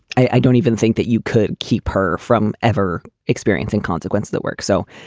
i don't even think that you could keep her from ever experiencing consequences that work. so,